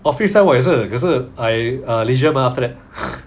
office send 我也是可是 I err leisure mah after that